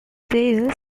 their